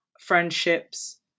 friendships